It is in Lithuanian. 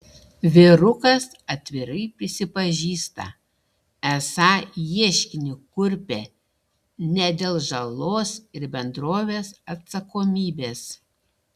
vyrukas atvirai prisipažįsta esą ieškinį kurpia ne dėl žalos ir bendrovės atsakomybės